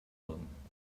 drin